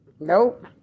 Nope